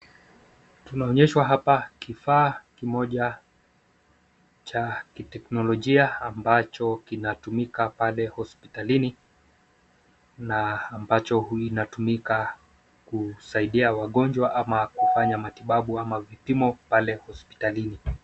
Tunaonyeshwa hapa kifaa kimoja cha kiteknolojia, ambacho kinatumika pale hospitalini, na ambacho huwa inatumika kusaidia wagonjwa ama kufanya matibabu ama vipimo, pale hospitalini.